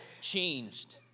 changed